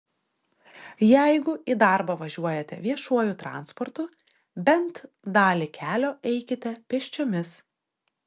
jeigu į darbą važiuojate viešuoju transportu bent dalį kelio eikite pėsčiomis